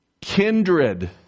kindred